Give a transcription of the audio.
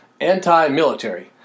anti-military